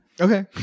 Okay